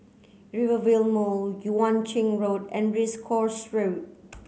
Rivervale Mall Yuan Ching Road and Race Course Road